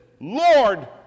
Lord